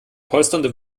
polsternde